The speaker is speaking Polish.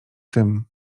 tym